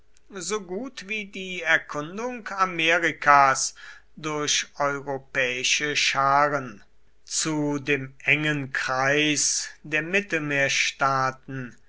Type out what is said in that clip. so gut wie die erkundung amerikas durch europäische scharen zu dem engen kreis der mittelmeerstaaten